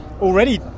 already